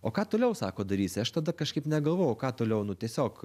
o ką toliau sako darysi aš tada kažkaip negalvojau ką toliau nu tiesiog